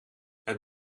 het